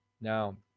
now